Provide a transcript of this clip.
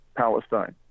Palestine